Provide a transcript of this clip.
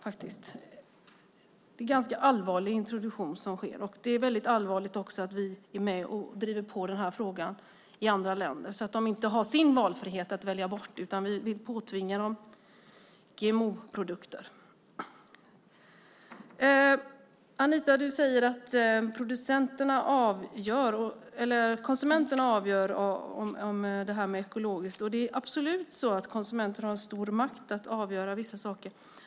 Det är en ganska allvarlig introduktion som sker, och det är också väldigt allvarligt att vi är med och driver på den här frågan i andra länder så att de inte har sin valfrihet att välja bort, utan vi påtvingar dem GMO-produkter. Anita, du säger att konsumenterna avgör det här med ekologisk mat, och det är absolut så att konsumenterna har stor makt att avgöra vissa saker.